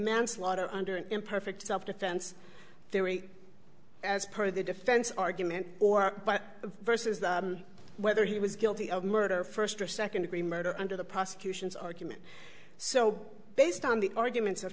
manslaughter under an imperfect self defense theory as part of the defense argument or by versus the whether he was guilty of murder first or second degree murder under the prosecution's argument so based on the arguments